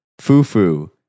Fufu